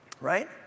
right